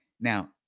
Now